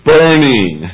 Burning